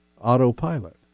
autopilot